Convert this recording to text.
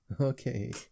Okay